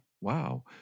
Wow